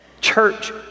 church